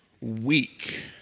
Weak